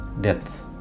death